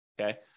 okay